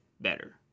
better